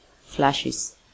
flashes